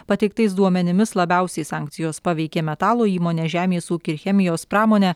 pateiktais duomenimis labiausiai sankcijos paveikė metalo įmonę žemės ūkį ir chemijos pramonę